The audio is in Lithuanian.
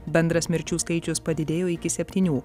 bendras mirčių skaičius padidėjo iki septynių